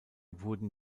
wurden